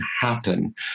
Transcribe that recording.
happen